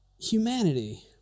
humanity